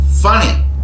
Funny